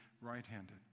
right-handed